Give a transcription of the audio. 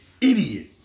idiot